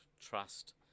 trust